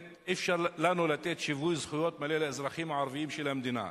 לנו לתת שיווי זכויות מלא לאזרחים הערבים של המדינה,